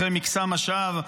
אחרי מקסם השווא,